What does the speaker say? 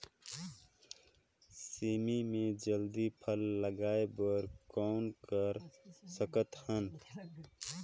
सेमी म जल्दी फल लगाय बर कौन कर सकत हन?